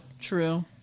true